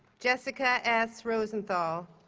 jessica s. rosenthal